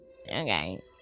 Okay